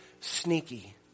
sneaky